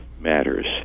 matters